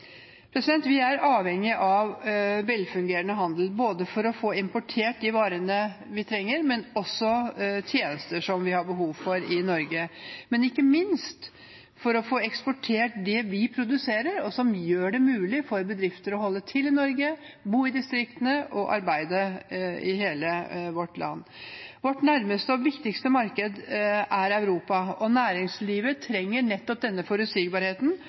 Vi er avhengig av velfungerende handel, både for å få importert de varene vi trenger og de tjenestene vi har behov for i Norge, og ikke minst for å få eksportert det vi produserer, noe som gjør det mulig for bedrifter å holde til i Norge, å bo i distriktene og å arbeide i hele vårt land. Vårt nærmeste og viktigste marked er Europa, og næringslivet trenger nettopp denne forutsigbarheten